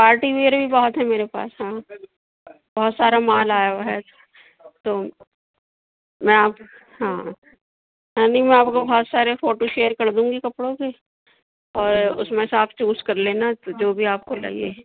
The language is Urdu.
پارٹی ویئر بھی بہت ہے میرے پاس ہاں بہت سارا مال آیا ہوا ہے تو میں آپ ہاں نہیں میں آپ کو بہت سارے فوٹو شیئر کر دوں گی کپڑوں کے اور اس میں سے آپ چوز کر لینا جو بھی آپ کو لگے